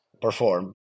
perform